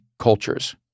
cultures